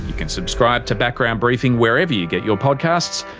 can subscribe to background briefing wherever you get your podcasts,